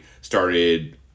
started